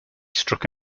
struck